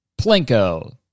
Plinko